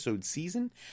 season